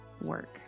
work